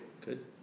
Good